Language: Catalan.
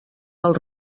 del